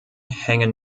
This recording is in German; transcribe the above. hängen